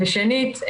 שנית,